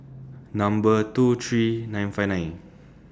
Number two three nine five nine